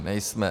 Nejsme.